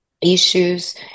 issues